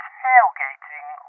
tailgating